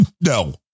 no